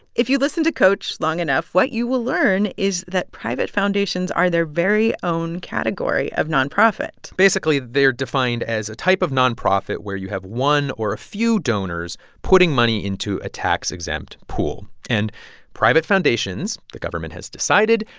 if you listen to coach long enough, what you will learn is that private foundations are their very own category of nonprofit basically, they are defined as a type of nonprofit where you have one or a few donors putting money into a tax-exempt pool. and private foundations, the government has decided,